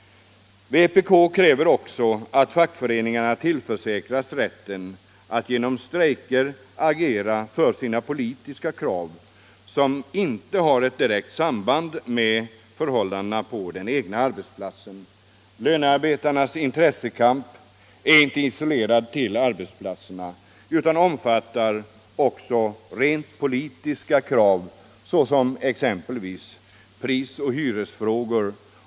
Vpk kräver också att fackföreningarna tillförsäkras rätten att genom strejker agera för sina politiska krav som inte har ett direkt samband med förhållandena på den egna arbetsplatsen. Lönarbetarnas intressekamp är inte isolerad till arbetsplatserna utan omfattar också rent politiska krav, exempelvis prisoch hyresfrågor.